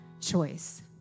choice